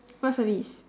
what service